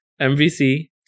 MVC